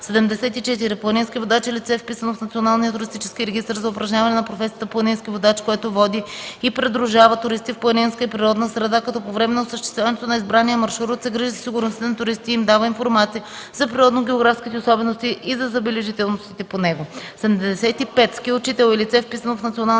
74. „Планински водач” e лице, вписано в Националния туристически регистър за упражняване на професията „планински водач”, което води и придружава туристи в планинска и природна среда, като по време на осъществяването на избрания маршрут се грижи за сигурността на туристите и им дава информация за природно-географските особености и за забележителностите по него. 75. „Ски учител” е лице, вписано в Националния туристически регистър